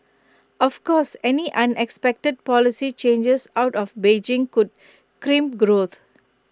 of course any unexpected policy changes out of Beijing could crimp growth